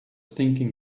thinking